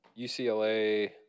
UCLA